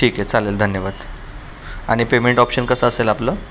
ठीक आहे चालेल धन्यवाद आणि पेमेंट ऑप्शन कसं असेल आपलं